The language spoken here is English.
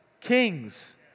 kings